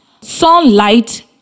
sunlight